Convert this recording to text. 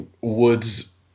Woods